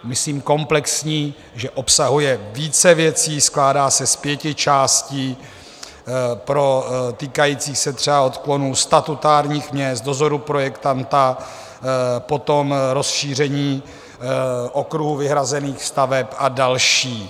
Myslím komplexní, že obsahuje více věcí, skládá se z pěti částí týkajících se třeba odklonů statutárních měst, dozoru projektanta, potom rozšíření okruhu vyhrazených staveb a další.